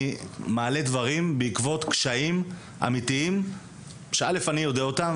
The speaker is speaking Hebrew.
אני מעלה דברים בעקבות קשיים אמיתיים שאני יודע אותם.